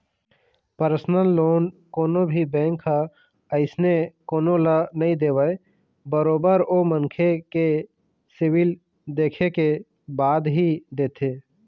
personal loan कोनो भी bank ह अइसने कोनो ल नइ देवय बरोबर ओ मनखे के सिविल देखे के बाद ही देथे